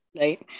right